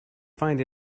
find